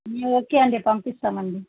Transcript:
okay అండి పంపిస్తాం అండి